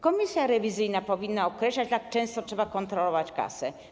Komisja rewizyjna powinna określać, jak często trzeba kontrolować kasę.